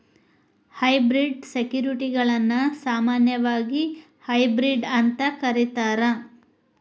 hybrid ಸೆಕ್ಯುರಿಟಿಗಳನ್ನ ಸಾಮಾನ್ಯವಾಗಿ hybrid ಅಂತ ಕರೇತಾರ